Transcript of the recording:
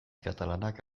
katalanak